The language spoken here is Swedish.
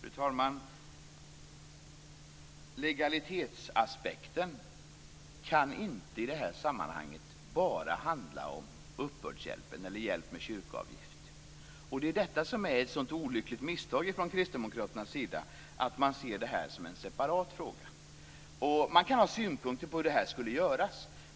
Fru talman! Legalitetsaspekten kan inte i det här sammanhanget bara handla om uppbördshjälpen eller hjälp med kyrkoavgift. Det är detta som är ett så olyckligt misstag från kristdemokraternas sida, dvs. att det ses som en separat fråga. Man kan ha synpunkter på hur det ska göras.